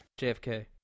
JFK